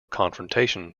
confrontation